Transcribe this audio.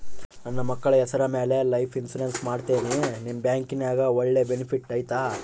ನನ್ನ ಮಕ್ಕಳ ಹೆಸರ ಮ್ಯಾಲೆ ಲೈಫ್ ಇನ್ಸೂರೆನ್ಸ್ ಮಾಡತೇನಿ ನಿಮ್ಮ ಬ್ಯಾಂಕಿನ್ಯಾಗ ಒಳ್ಳೆ ಬೆನಿಫಿಟ್ ಐತಾ?